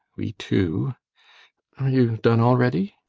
we two. are you done already?